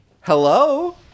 Hello